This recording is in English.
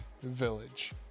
Village